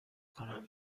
کنم